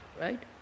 Right